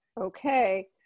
Okay